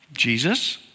Jesus